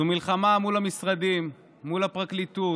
זו מלחמה מול המשרדים, מול הפרקליטות,